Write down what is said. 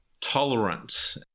tolerant